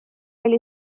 oli